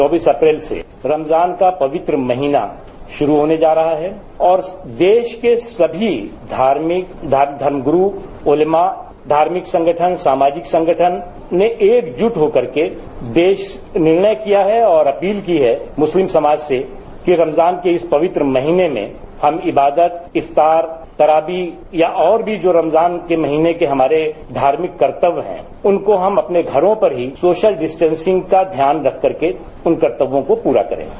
चौबीस अप्रैल से रमजान का पवित्र महीना शुरू होने जा रहा है और देश के समी धर्मगुरू उलेमा धार्मिक संगठन सामाजिक संगठन ने एकजुट होकर के निर्णय किया है और अपील की है मुस्लिम समाज से कि रमजान के इस पवित्र महीने में हम इबादत इफ्तार पराबी या और भी जो रमजान के महीने के हमारे धार्मिक कर्तव्य हैं उनको हम अपने घरों पर ही सोशल डिस्टेंसिंग का ध्यान रख करके उन कर्तव्यों को पूरा करेंगे